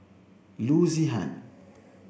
Loo Zihan